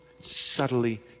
subtly